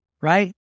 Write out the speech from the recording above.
right